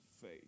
faith